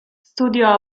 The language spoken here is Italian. studiò